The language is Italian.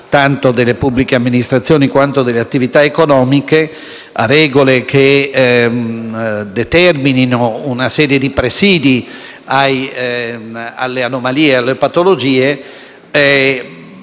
tanto delle pubbliche amministrazioni quanto delle attività economiche, a regole che determinino una serie di presidi alle anomalie e alle patologie,